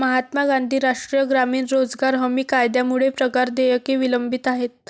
महात्मा गांधी राष्ट्रीय ग्रामीण रोजगार हमी कायद्यामुळे पगार देयके विलंबित आहेत